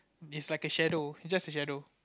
is like a shadow just a shadow